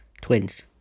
twins